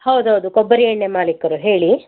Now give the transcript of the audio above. ಹೌದೌದು ಕೊಬ್ಬರಿ ಎಣ್ಣೆ ಮಾಲಿಕರು ಹೇಳಿ